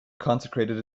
consecrated